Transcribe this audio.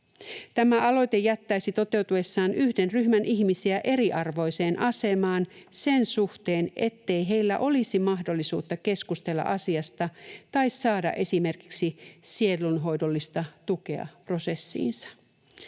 Tämä aloite jättäisi toteutuessaan yhden ryhmän ihmisiä eriarvoiseen asemaan sen suhteen, ettei heillä olisi mahdollisuutta keskustella asiasta tai saada esimerkiksi sielunhoidollista tukea prosessiinsa.